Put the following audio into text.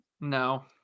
no